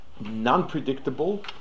non-predictable